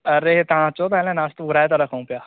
अरे तव्हां अचो त न नाश्तो घुराए था रखूं पिया